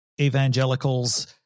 evangelicals